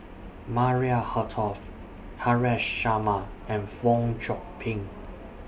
Maria Hertogh Haresh Sharma and Fong Chong Pik